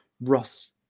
ross